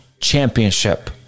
Championship